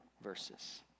verses